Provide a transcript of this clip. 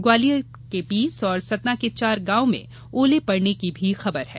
ग्वालियर के बीस सतना के चार गांवों में ओले पड़ने की भी खबर है